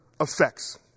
effects